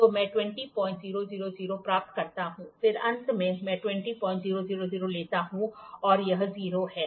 तो मैं 20000 प्राप्त करता हूं फिर अंत में मैं 20000 लेता हूं और यह 0 है